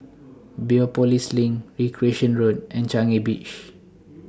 Biopolis LINK Recreation Road and Changi Beach